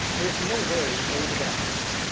there's no way for you to get unhinged.